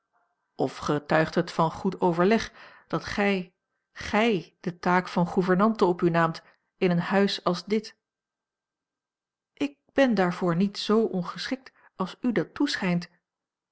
of getuigt het van goed overleg dat gij gij de taak van gouvernante op u naamt in een huis als dit ik ben daarvoor niet z ongeschikt als u dat toeschijnt